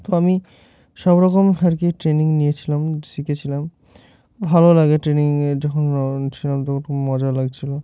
তো আমি সব রকম আর কি ট্রেনিং নিয়েছিলাম শিখেছিলাম ভালো লাগে ট্রেনিংয়ে যখন ছিলাম তখন খুব মজা লাগছিলো